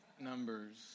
numbers